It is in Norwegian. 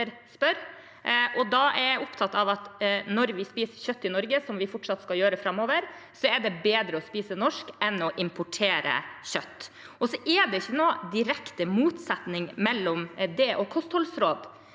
Da er jeg opptatt av at når vi spiser kjøtt i Norge, som vi fortsatt skal gjøre framover, er det bedre å spise norsk kjøtt enn å importere kjøtt. Så er det ikke noen direkte motsetning mellom det og kostholdsrådene.